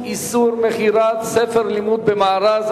איסור מכירת ספר לימוד במארז),